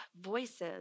voices